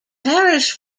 parish